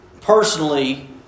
personally